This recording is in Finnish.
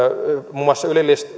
muun muassa